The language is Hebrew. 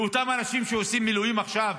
לאותם אנשים שעושים מילואים עכשיו,